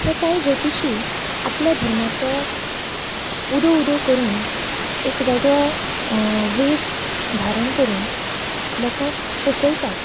हे कांय ज्योतिशी आपल्या धर्माचो उदो उदो करून एक वेगळो वेस धारण करून लोकांक फसयतात